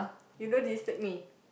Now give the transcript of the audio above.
you don't disturb me